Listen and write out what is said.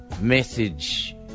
message